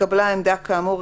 התקבלה עמדה כאמור,